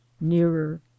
nearer